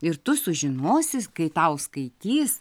ir tu sužinosi kai tau skaitys